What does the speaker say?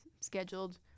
scheduled